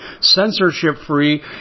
censorship-free